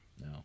No